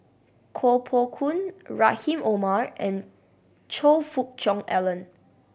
Koh Poh Koon Rahim Omar and Choe Fook Cheong Alan